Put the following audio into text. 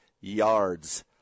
yards